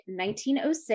1906